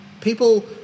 people